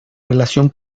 relación